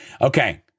Okay